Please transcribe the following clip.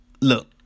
look